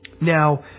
Now